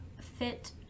fit